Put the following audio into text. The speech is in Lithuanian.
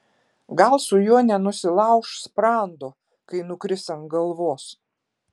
gal su juo nenusilauš sprando kai nukris ant galvos